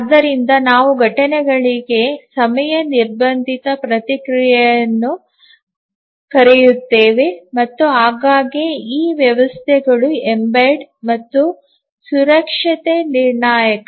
ಆದ್ದರಿಂದ ನಾವು ಘಟನೆಗಳಿಗೆ ಸಮಯ ನಿರ್ಬಂಧಿತ ಪ್ರತಿಕ್ರಿಯೆಯನ್ನು ಕರೆಯುತ್ತೇವೆ ಮತ್ತು ಆಗಾಗ್ಗೆ ಈ ವ್ಯವಸ್ಥೆಗಳು ಎಂಬೆಡ್ ಮತ್ತು ಸುರಕ್ಷತೆ ನಿರ್ಣಾಯಕ